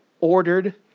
ordered